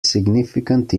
significant